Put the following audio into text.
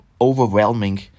overwhelming